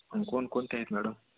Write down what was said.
आणि कोणकोणत्या आहेत मॅडम